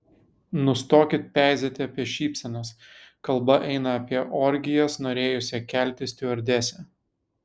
nustokit peizėti apie šypsenas kalba eina apie orgijas norėjusią kelti stiuardesę